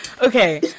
okay